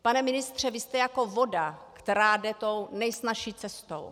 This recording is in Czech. Pane ministře, vy jste jako voda, která jde tou nejsnazší cestou.